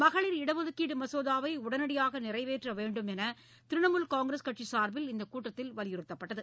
மகளிர் இடஒதுக்கீடு மசோதாவை உடனடியாக நிறைவேற்ற வேண்டும் என்று த்ரிணமுல் காங்கிரஸ் கட்சி சார்பில் இந்தக் கூட்டத்தில் வலியுறுத்தப்பட்டது